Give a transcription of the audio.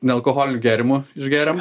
nealkoholinių gėrimų išgerėm